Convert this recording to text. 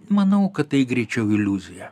manau kad tai greičiau iliuzija